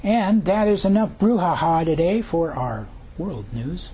and that is enough brouhaha that day for our world news